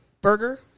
burger